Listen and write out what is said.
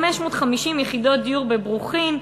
550 יחידות דיור בברוכין,